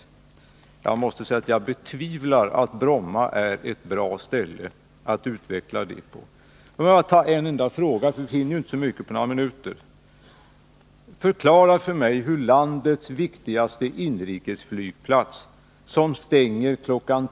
Jag måste säga att jag betvivlar att Bromma är ett bra ställe att utveckla folkflyget på. Får jag ta upp en enda fråga, eftersom man inte hinner så mycket på några få minuter. Förklara för mig hur landets viktigaste inrikesflygplats, som stänger kl.